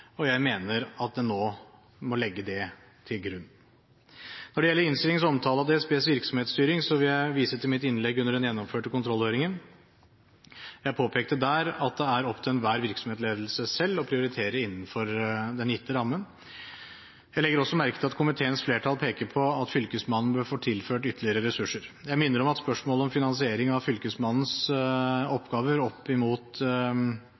og jeg mener at en nå må legge det til grunn. Når det gjelder innstillingens omtale av DSBs virksomhetsstyring, vil jeg vise til mitt innlegg under den gjennomførte kontrollhøringen. Jeg påpekte der at det er opp til enhver virksomhetsledelse selv å prioritere innenfor den gitte rammen. Jeg legger også merke til at komiteens flertall peker på at fylkesmannen bør få tilført ytterligere ressurser. Jeg minner om at spørsmålet om finansiering av